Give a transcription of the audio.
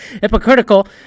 hypocritical